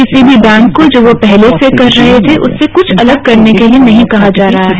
किसी भी बैंक को जो वो पहले कर रहे थे उससे कुछ अलग करने के लिए नहीं कहा जा रहा है